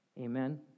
Amen